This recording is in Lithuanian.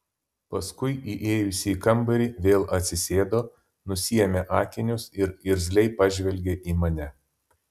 paskui įėjusi į kambarį vėl atsisėdo nusiėmė akinius ir irzliai pažvelgė į mane